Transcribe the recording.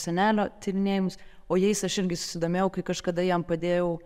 senelio tyrinėjimus o jais aš irgi susidomėjau kai kažkada jam padėjau